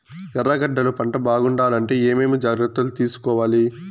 ఎర్రగడ్డలు పంట బాగుండాలంటే ఏమేమి జాగ్రత్తలు తీసుకొవాలి?